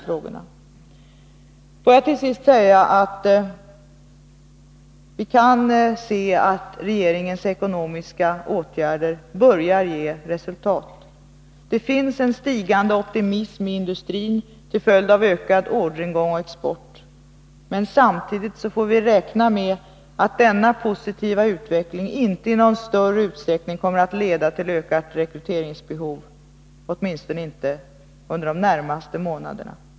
Låt mig till sist säga att vi nu kan se att regeringens ekonomiska åtgärder börjar ge resultat. Det finns en stigande optimism i industrin till följd av ökad orderingång och export. Samtidigt får vi räkna med att denna positiva utveckling inte i någon större utsträckning kommer att leda till ett ökat rekryteringsbehov, åtminstone inte under de närmaste månaderna.